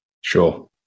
Sure